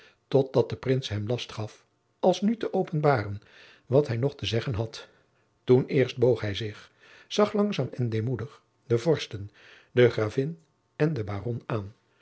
totdat de prins hem last gaf alsnu te openbaren wat hij nog te zeggen had toen eerst boog hij zich zag langzaam en deemoedig de vorsten de gravin en den baron aan